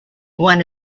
one